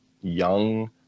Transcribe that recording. young